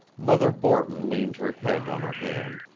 mother borton leaned her head on her hand,